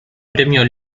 premio